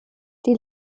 die